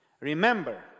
Remember